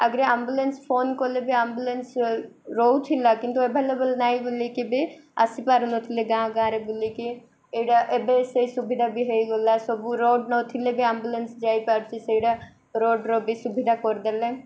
ଆଗରେ ambulance phone କଲେ ବି ଆମ୍ବୁଲାନ୍ସ ରହୁଥିଲା କିନ୍ତୁ ଏଭେଲେବଲ୍ ନାହିଁ ବୋଲିକି ବି ଆସିପାରୁନଥିଲେ ଗାଁ ଗାଁରେ ବୋଲିକି ଏଇଟା ଏବେ ସେଇ ସୁବିଧା ବି ହେଇଗଲା ସବୁ ରୋଡ଼୍ ନଥିଲେ ବି ଆମ୍ବୁଲାନ୍ସ ଯାଇପାରୁଛି ସେଇଟା ରୋଡ଼୍ର ବି ସୁବିଧା କରିଦେଲେ